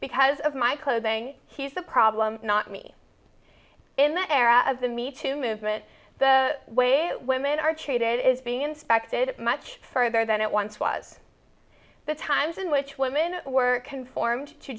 because of my clothing he's the problem not me in that era of the me too movement the way women are treated is being inspected much further than it once was the times in which women were conformed to